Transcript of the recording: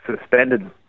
suspended